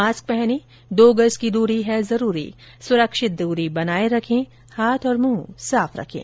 mask पहनें दो गज की दूरी है जरूरी सुरक्षित दूरी बनाए रखें हाथ और मुंह साफ रखें